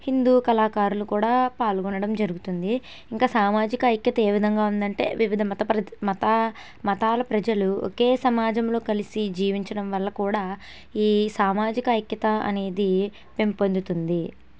హిందూ కళాకారులు కూడా పాల్గొనడం జరుగుతుంది ఇంకా సామాజిక ఐక్యత ఏ విధంగా ఉందంటే వివిధ మత ప్ర మతా మతాల ప్రజలు ఒకే సమాజంలో కలిసి జీవించడం వల్ల కూడా ఈ సామాజిక ఐక్యత అనేది పెంపొందుతుంది